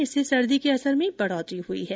इससे सर्दी के असर में बढ़ोतरी हुई है